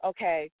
Okay